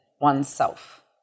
oneself